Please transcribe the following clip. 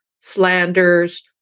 Flanders